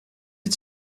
het